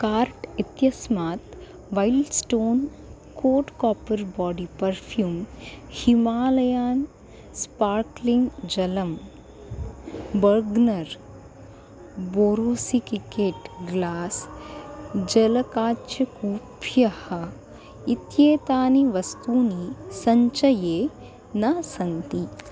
cart इत्यस्मात् wild stone coat copper body perfume Himalayan sparkling जलं bergner borosilicate glass जलकाच्यकूफ्यः इत्येतानि वस्तूनि सञ्चये न सन्ति